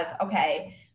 okay